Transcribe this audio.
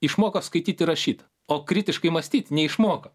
išmoko skaityt ir rašyt o kritiškai mąstyt neišmoko